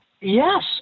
yes